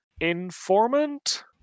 Informant